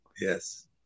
Yes